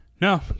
No